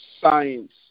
science